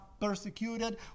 persecuted